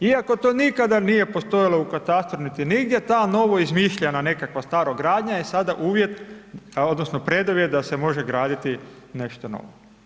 Iako to nikada nije postojalo u katastru niti nigdje, ta novoizmišljena nekakva starogradnja je sada uvjet odnosno preduvjet da se može graditi nešto novo.